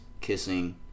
kissing